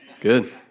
Good